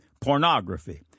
pornography